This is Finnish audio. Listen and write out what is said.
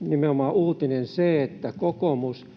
nimenomaan uutinen se, että kokoomuksen